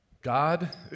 God